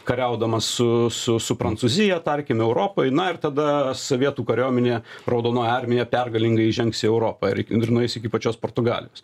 kariaudamas su su su prancūzija tarkim europoj na ir tada sovietų kariuomenė raudonoji armija pergalingai įžengs į europą ir nueis iki pačios portugalijos